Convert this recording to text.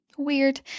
weird